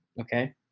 okay